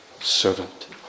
Servant